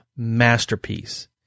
masterpiece